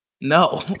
No